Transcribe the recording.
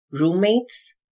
Roommates